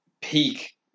peak